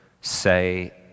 say